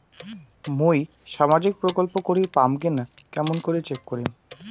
মুই সামাজিক প্রকল্প করির পাম কিনা কেমন করি চেক করিম?